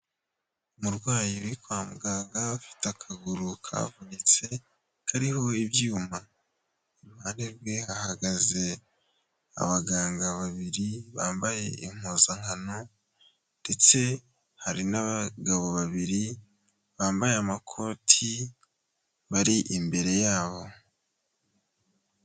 Umurwayi uri kwa muganga afite akaguru kavunitse, kariho ibyuma. Iruhande rwe hahagaze abaganga babiri bambaye impuzankano ndetse hari n'abagabo babiri bambaye amakoti, bari imbere yabo.